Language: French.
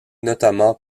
notamment